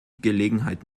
gelegenheit